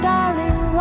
Darling